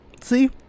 See